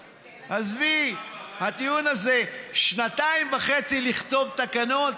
עזבי, הטיעון הזה, שנתיים וחצי לכתוב תקנות,